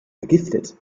vergiftet